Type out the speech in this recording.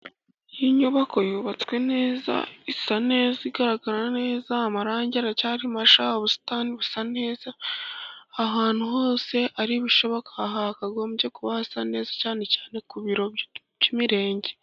iyi nyubako yubatswe neza isa neza igaragara neza, amarangi aracyari mashya, ubusitani busa neza. Ahantu hose ari ibishoboka hakagombye kuba hasa neza, cyane cyane ku biro by'imirenge.